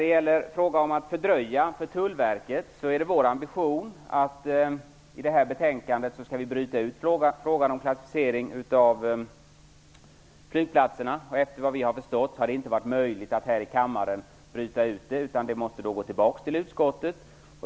Lars Hedfors talade om en fördröjning för Tullverket. Vår ambition är att frågan om klassificering av flygplatserna skall brytas ut i detta betänkande. Såvitt vi har förstått har det inte varit möjligt att här i kammaren bryta ut den utan ärendet måste gå tillbaka till utskottet.